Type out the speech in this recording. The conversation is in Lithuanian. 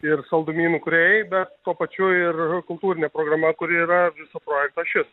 ir saldumynų kūrėjai tuo pačiu ir kultūrinė programa kuri yra viso projekto ašis